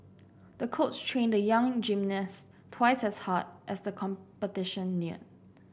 the coach trained the young gymnast twice as hard as the competition neared